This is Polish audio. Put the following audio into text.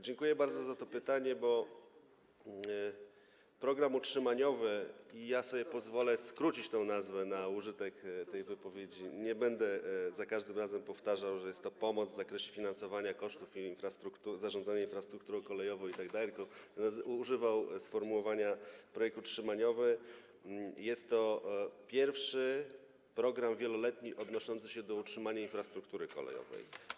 Dziękuję bardzo za to pytanie, bo program utrzymaniowy - pozwolę sobie skrócić tę nazwę na użytek tej wypowiedzi, nie będę za każdym razem powtarzał, że jest to pomoc w zakresie finansowania kosztów zarządzania infrastrukturą kolejową itd., tylko będę używał sformułowania „program utrzymaniowy” - jest to pierwszy program wieloletni odnoszący się do utrzymania infrastruktury kolejowej.